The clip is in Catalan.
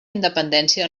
independència